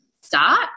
start